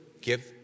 give